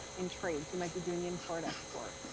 in trades, you might be doing import export.